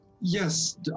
yes